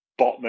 Botman